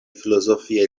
filozofiaj